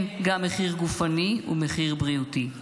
כן, גם מחיר גופני ומחיר בריאותי.